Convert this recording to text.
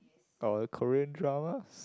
or Korean dramas